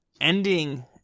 ending